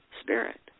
spirit